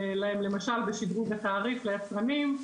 למשל, בשדרוג התעריף ליצרנים.